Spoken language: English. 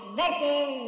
versus